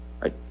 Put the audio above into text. right